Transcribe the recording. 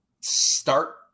start